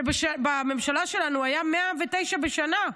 בממשלה שלנו היו 109 בשנה,